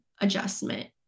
adjustment